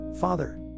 Father